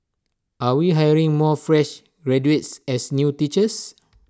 are we hiring more fresh graduates as new teachers